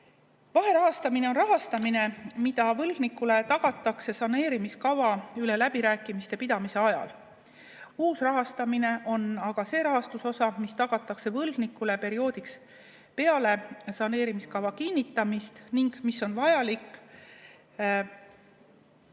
Vaherahastamine on rahastamine, mis võlgnikule tagatakse saneerimiskava üle läbirääkimiste pidamise ajal. Uus rahastamine on aga see rahastusosa, mis tagatakse võlgnikule perioodiks peale saneerimiskava kinnitamist ning mis on vajalik saneerimiskava